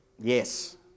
Yes